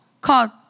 called